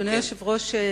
אדוני היושב-ראש,